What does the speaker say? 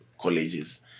colleges